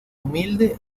humilde